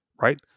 Right